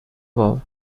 above